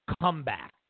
comeback